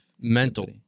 mental